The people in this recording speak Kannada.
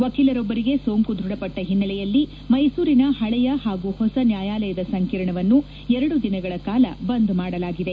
ವಕೀಲರೊಬ್ಬರಿಗೆ ಸೋಂಕು ದೃಢಪಟ್ಟ ಹಿನ್ನೆಲೆಯಲ್ಲಿ ಮ್ಟೆಸೂರಿನ ಪಳೆಯ ಹಾಗೂ ಹೊಸ ನ್ಯಾಯಾಲಯದ ಸಂಕೀರ್ಣವನ್ನು ಎರಡು ದಿನಗಳ ಕಾಲ ಬಂದ್ ಮಾಡಲಾಗಿದೆ